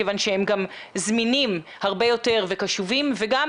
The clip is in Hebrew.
כיוון שהם גם זמינים הרבה יותר וקשובים וגם